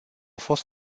fost